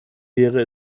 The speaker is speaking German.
wäre